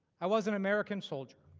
i was an american soldier.